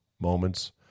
moments